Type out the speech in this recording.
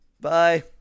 Bye